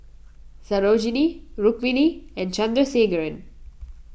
Sarojini Rukmini and Chandrasekaran